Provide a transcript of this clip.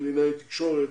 קלינאי תקשורת,